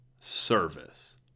service